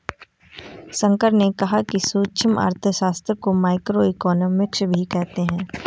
शंकर ने कहा कि सूक्ष्म अर्थशास्त्र को माइक्रोइकॉनॉमिक्स भी कहते हैं